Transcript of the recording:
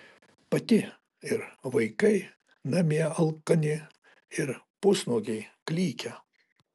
pati ir vaikai namie alkani ir pusnuogiai klykia